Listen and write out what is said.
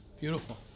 Beautiful